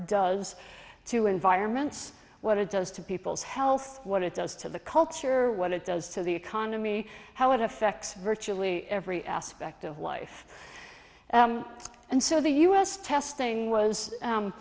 does to environments what it does to people's health what it does to the culture what it does to the economy how it affects virtually every aspect of life and so the u s test thing was